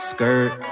Skirt